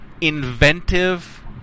inventive